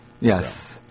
Yes